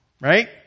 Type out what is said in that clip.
Right